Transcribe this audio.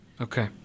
Okay